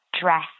dress